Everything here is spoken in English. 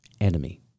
Enemy